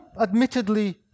admittedly